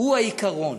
הוא העיקרון.